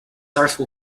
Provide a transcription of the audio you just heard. artful